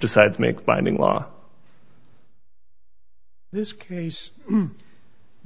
decides make binding law this case